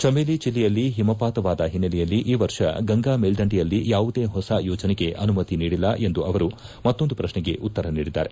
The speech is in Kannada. ಚಮೇಲಿ ಜಿಲ್ಲೆಯಲ್ಲಿ ಹಿಮಪಾತವಾದ ಹಿನ್ನೆಲೆಯಲ್ಲಿ ಈ ವರ್ಷ ಗಂಗಾ ಮೇಲ್ಲಂಡೆಯಲ್ಲಿ ಯಾವುದೇ ಹೊಸ ಯೋಜನೆಗೆ ಅನುಮತಿ ನೀಡಿಲ್ಲ ಎಂದು ಅವರು ಮತ್ತೊಂದು ಪ್ರಶ್ನೆಗೆ ಉತ್ತರ ನೀಡಿದ್ದಾರೆ